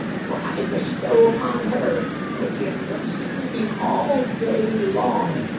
for i bestow upon her the gift of sleeping all day long,